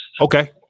Okay